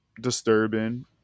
disturbing